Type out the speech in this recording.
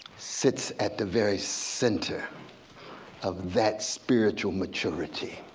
sits at the very center of that spiritual maturity.